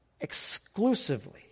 exclusively